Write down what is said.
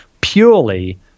purely